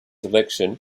election